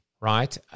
right